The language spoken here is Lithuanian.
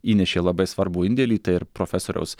įnešė labai svarbų indėlį tai ir profesoriaus